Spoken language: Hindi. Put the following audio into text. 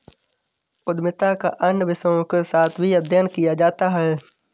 उद्यमिता का अन्य विषयों के साथ भी अध्ययन किया जाता है